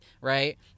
right